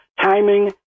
Timing